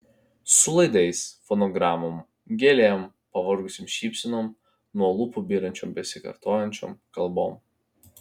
su laidais fonogramom gėlėm pavargusiom šypsenom nuo lūpų byrančiom besikartojančiom kalbom